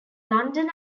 london